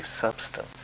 substance